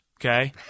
okay